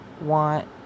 want